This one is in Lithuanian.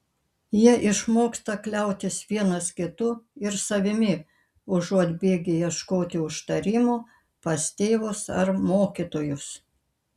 jie išmoksta kliautis vienas kitu ir savimi užuot bėgę ieškoti užtarimo pas tėvus ar mokytojus